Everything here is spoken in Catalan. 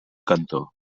cantó